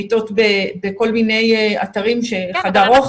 מיטות בכל מיני אתרים, או בחדר אוכל.